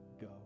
go